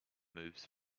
moves